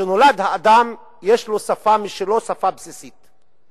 משנולד האדם, יש לו שפה משלו, שפה בסיסית.